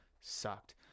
sucked